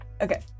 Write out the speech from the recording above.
Okay